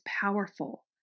powerful